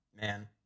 Man